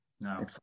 No